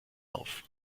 auf